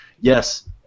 Yes